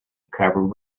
covered